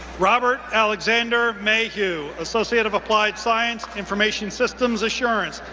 robert alexander mayhew, associate of applied science, information systems assurance,